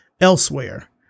elsewhere